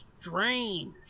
strange